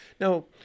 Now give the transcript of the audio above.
Now